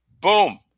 Boom